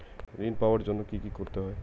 ঋণ পাওয়ার জন্য কি কি করতে লাগে?